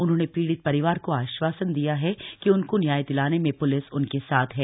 उन्होंने पीड़ित परिवार को आश्वासन दिया है कि उनको न्याय दिलाने में प्लिस उनके साथ है